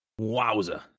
Wowza